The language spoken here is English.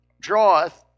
draweth